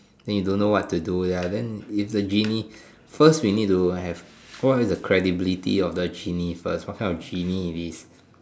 then you don't know what to do ya then if the genie first we need to have what is the credibility of the genie first what kind of genie it is